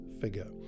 figure